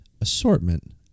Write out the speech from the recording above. assortment